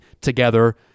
together